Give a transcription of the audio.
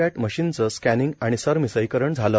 पॅट मशीनच स्कॅनिंग आणि सरमिसळीकरण झाल